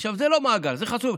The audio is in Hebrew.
עכשיו, זה לא מאגר, זה חשוף.